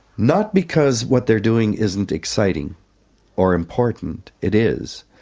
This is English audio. not because what they're doing isn't exciting or important it is.